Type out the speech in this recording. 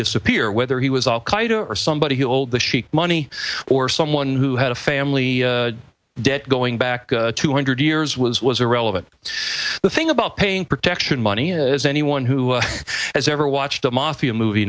disappear whether he was al qaeda or somebody old the sheik money or someone who had a family debt going back two hundred years was was irrelevant the thing about paying protection money is anyone who has ever watched a mafia movie